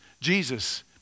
Jesus